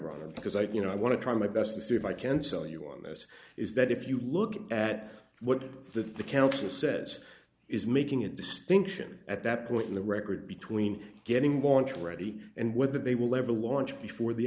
iran because i you know i want to try my best to see if i can sell you on this is that if you look at what the council says is making a distinction at that point in the record between getting want ready and whether they will ever launch before the